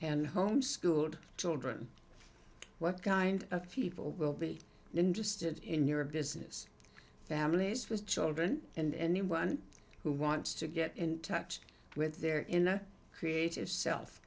and homeschooled children what kind of people will be interested in your business families with children and anyone who wants to get in touch with their in a creative self